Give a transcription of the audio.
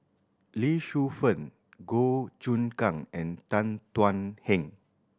Lee Shu Fen Goh Choon Kang and Tan Thuan Heng